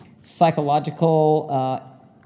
psychological